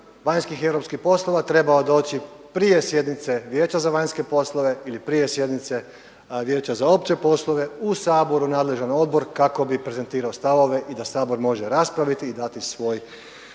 vanjskih i europskih poslova trebao doći prije sjednice Vijeća za vanjske poslove ili prije sjednice Vijeća za opće poslove u Saboru nadležan odbor kako bi prezentirao stavove i da Sabor može raspraviti i dati svoj